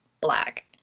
black